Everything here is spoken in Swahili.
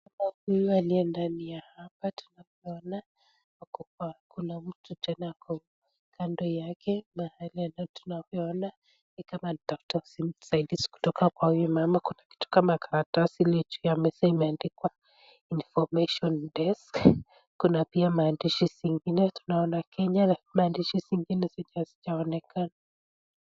Mwanamke huyu aliye ndani ya hapa tunapoona wako kwa kuna mtu tena kando yake mahali tunavyoona ni kama anatafuta usaidizi kutoka kwa huyu mama, kuna kitu kama karatasi ile juu ya mesa imeandikwa information desk . Kuna pia maandishi zingine tunaona Kenya lakini maandishi zingine zijaonekana.